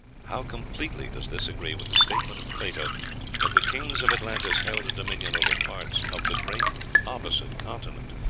how completely does this agree with the statement of plato that the kings of atlantis held dominion over parts of the great opposite continent!